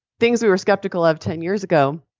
things we were skeptical of ten years ago,